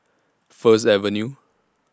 First Avenue